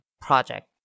project